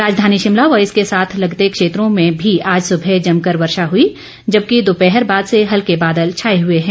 राजधानी शिमला व इसके साथ लगते क्षेत्रों में भी आज सबह जमकर वर्षा हई जबकि दोपहर बाद से हल्के बादल छाए हए हैं